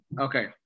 Okay